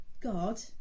god